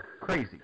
crazy